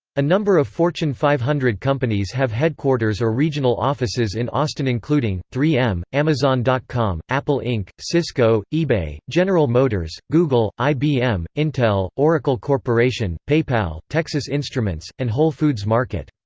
a number of fortune five hundred companies have headquarters or regional offices in austin including, three m, amazon com, apple inc, cisco, ebay, general motors, google, ibm, intel, oracle corporation, paypal, texas instruments, and whole foods market.